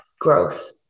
growth